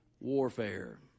warfare